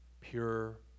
pure